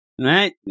right